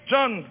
John